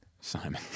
Simon